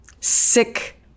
sick